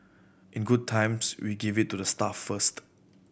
in good times we give it to the staff first